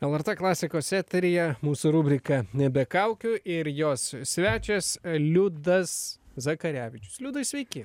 lrt klasikos eteryje mūsų rubrika be kaukių ir jos svečias liudas zakarevičius liudai sveiki